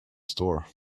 store